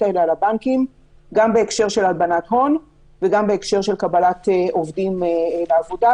האלה על הבנקים גם בהקשר של הלבנת הון וגם בהקשר של קבלת עובדים לעבודה.